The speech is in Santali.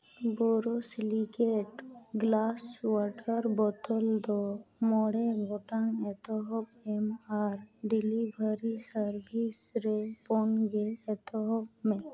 ᱵᱳᱨᱳ ᱥᱤᱞᱤᱠᱮᱴ ᱜᱞᱟᱥ ᱚᱣᱟᱴᱟᱨ ᱵᱳᱛᱳᱞ ᱫᱚ ᱢᱚᱬᱮ ᱜᱚᱴᱟᱝ ᱮᱛᱮᱦᱚᱵ ᱮᱢ ᱟᱨ ᱰᱮᱞᱤᱵᱷᱟᱨᱤ ᱥᱟᱨᱵᱷᱤᱥ ᱨᱮ ᱯᱩᱱ ᱜᱮ ᱮᱛᱚᱦᱚᱵ ᱢᱮ